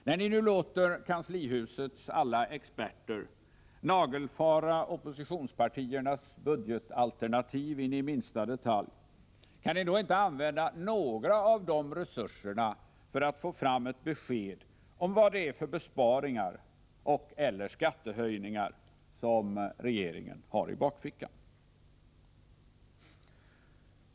När ni nu låter kanslihusets alla experter nagelfara oppositionspartiernas budgetalternativ in i minsta detalj, kan ni då inte använda några av dessa resurser för att få fram ett besked om vad det är för besparingar och/eller skattehöjningar som regeringen har i bakfickan?